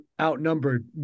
outnumbered